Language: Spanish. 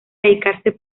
dedicarse